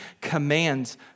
commands